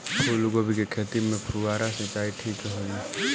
फूल गोभी के खेती में फुहारा सिंचाई ठीक होई?